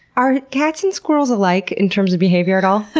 are cats and squirrels alike in terms of behavior at all?